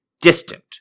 distant